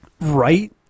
Right